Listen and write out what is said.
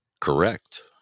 Correct